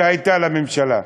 שהייתה לממשלה.